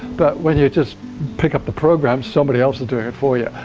but when you just pick up the program, somebody else is doing it for you.